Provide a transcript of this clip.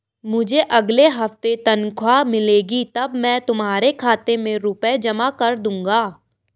मुझे अगले हफ्ते तनख्वाह मिलेगी तब मैं तुम्हारे खाते में रुपए जमा कर दूंगा